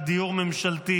דיור ממשלתי,